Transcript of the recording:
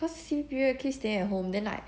because sim~ period keep staying at home then like